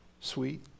sweet